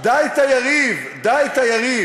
דע את היריב, דע את היריב.